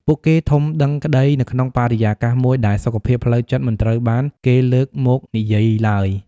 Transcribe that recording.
ពួកគេធំដឹងក្តីនៅក្នុងបរិយាកាសមួយដែលសុខភាពផ្លូវចិត្តមិនត្រូវបានគេលើកមកនិយាយឡើយ។